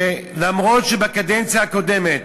שאומנם בקדנציה הקודמת